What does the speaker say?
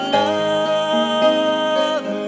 love